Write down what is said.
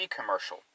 commercial